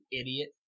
idiot